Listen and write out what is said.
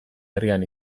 herrian